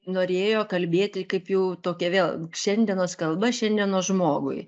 norėjo kalbėti kaip jau tokia vėl šiandienos kalba šiandienos žmogui